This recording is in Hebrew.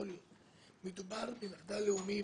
מדובר במחדל לאומי.